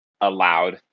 allowed